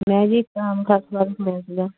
ਮੈਂ ਜੀ ਆਮ ਖਾਸ ਬਾਗ ਸੁਣਿਆ ਸੀਗਾ